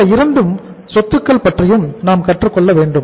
இந்த இரண்டு சொத்துக்கள் பற்றியும் நாம் கற்றுக் கொள்ள வேண்டும்